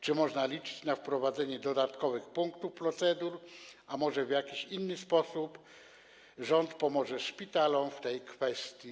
Czy można liczyć na wprowadzenie dodatkowych punktów, procedur, a może w jakiś inny sposób rząd pomoże szpitalom w tej kwestii?